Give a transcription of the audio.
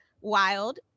wild